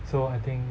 so I think